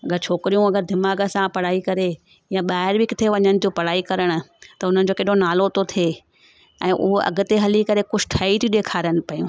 अगरि छोकिरियूं अगरि दिमाग़ सां पढ़ाई करे या ॿाहिरि बि किथे वञनि थियूं पढ़ाई करण त उन्हनि जो केॾो नालो थो थिए ऐं उहा अॻिते हली करे कुझु ठई थियूं ॾेखारनि पेयूं